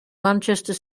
manchester